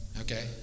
okay